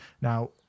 Now